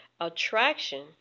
attraction